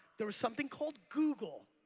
there something called google.